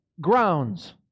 grounds